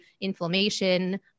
inflammation